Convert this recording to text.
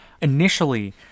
Initially